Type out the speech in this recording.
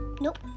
Nope